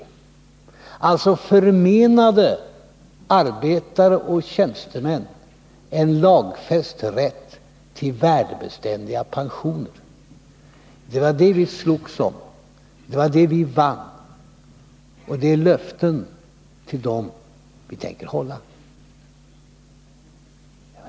Han förmenade alltså arbetare och tjänstemän en lagfäst rätt till värdebeständiga pensioner. Det var det vi slogs om, och den striden vann vi. De löften vi då gav tänker vi hålla.